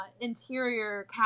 interior